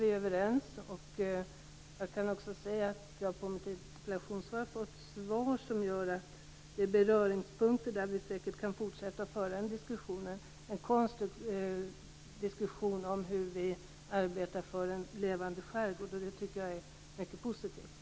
Interpellationssvaret visar att det finns beröringspunkter som vi kan fortsätta att föra diskussionen utifrån, en konstruktiv diskussion om hur vi skall arbeta för en levande skärgård. Det är mycket positivt.